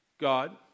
God